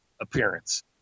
appearance